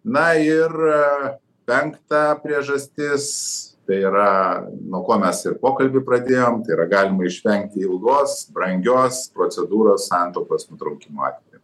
na ir penkta priežastis tai yra nuo ko mes ir pokalbį pradėjom tai yra galima išvengti ilgos brangios procedūros santuokos nutraukimo atveju